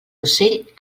ocell